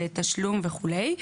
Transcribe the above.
לתשלום וכולה.